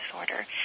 disorder